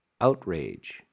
outrage